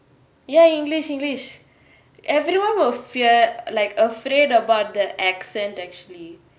ya english english everyone will fear like afraid about the accent actually